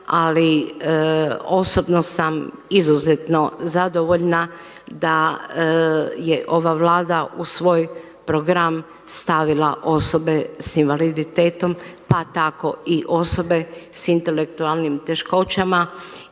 ali osobno sam izuzetno zadovoljna da je ova Vlada u svoj program stavila osobe s invaliditetom, pa tako i osobe s intelektualnim teškoćama.